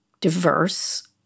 diverse